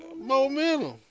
momentum